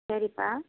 சரிப்பா